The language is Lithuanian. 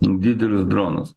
didelius dronus